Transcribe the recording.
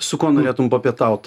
su kuo norėtum papietaut